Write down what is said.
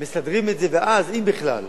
מסדרים את זה, ואז, אם בכלל.